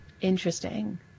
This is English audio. interesting